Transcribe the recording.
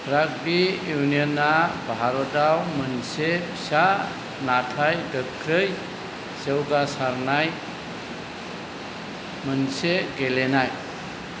rugby यूनियनआ भारतआव मोनसे फिसा नाथाय गोख्रै जौगासारनाय मोनसे गेलेनाय